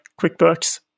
QuickBooks